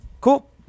Cool